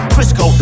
Crisco